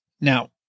Now